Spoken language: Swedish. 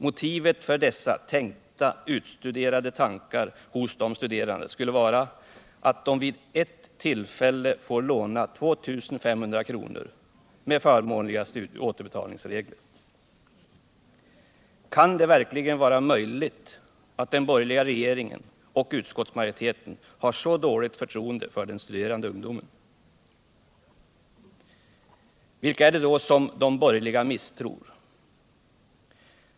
Motivet bakom dessa tänkta, utstuderade tankar hos de studerande skulle vara att de vid ett tillfälle får låna 2 500 kr. med förmånliga återbetalningsregler. Kan det verkligen vara möjligt att den borgerliga regeringen och utskottsmajoriteten har så dåligt förtroende för den studerande ungdomen? Vilka är det då som de borgerliga misstror?